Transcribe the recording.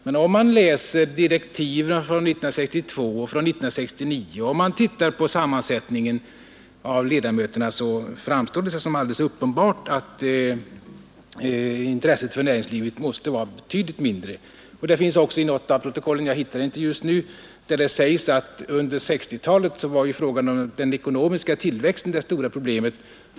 Men om man läser direktiven från 1962 och 1969 och om man tittar på sammansättningen av ledmöterna, framstår det som alldeles uppenbart att intresset för näringslivet nu måste vara betydligt mindre. I något protokoll — jag hittar det inte just nu — sägs också att under 1960-talet var frågan om den ekonomiska tillväxten det stora problemet.